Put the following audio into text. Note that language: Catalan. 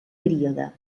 període